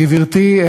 גברתי,